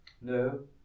no